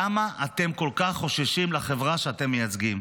למה אתם כל כך חוששים לחברה שאתם מייצגים?